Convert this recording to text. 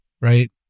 right